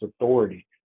authority